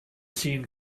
seen